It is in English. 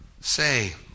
say